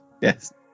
Yes